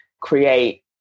create